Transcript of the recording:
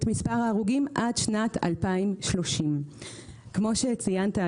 מספר ההרוגים עד שנת 2030. כמו שציינת,